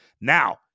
Now